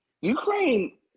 Ukraine